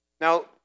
Now